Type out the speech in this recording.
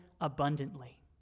abundantly